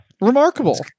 Remarkable